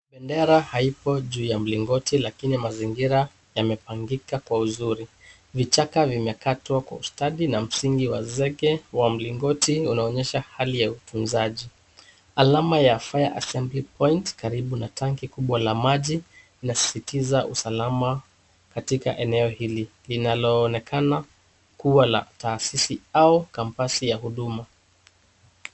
Bendera haipo juu ya mlingoti lakini mazingira yamepangika kwa uzuri. Vichaka vimekatwa kwa ustadi na msingi wazeke wa mlingoti unaonyesha hali ya utunzaji. Alama ya(cs) fire assembly point (cs) karibu na tanki kubwa la maji linasisitiza usalama katika eneo hili linaloonekana kuwa la taasisi au (cs) kampasi (cs) ya huduma.